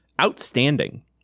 Outstanding